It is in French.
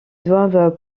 doivent